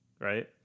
right